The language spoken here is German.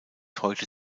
heute